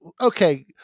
okay